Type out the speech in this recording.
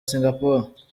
singapore